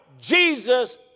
Jesus